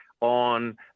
on